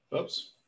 Oops